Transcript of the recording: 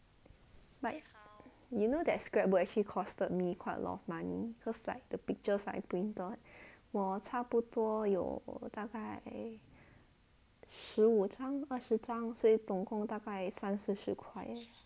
but you know that scrapbook actually costed me quite a lot of money cause like the pictures I printed 我差不多有大概十五张二十张所以总共大概三四十块